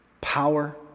power